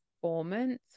performance